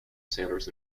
sailors